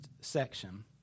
section